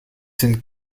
sind